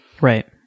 right